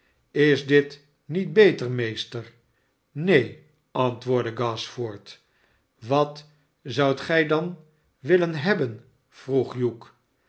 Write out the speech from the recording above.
is dit niet beter meester neen antwoordde gashford wat oudt gij dan willen hebben vroeg